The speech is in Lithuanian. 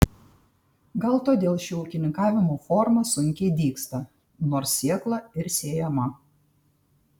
gal todėl ši ūkininkavimo forma sunkiai dygsta nors sėkla ir sėjama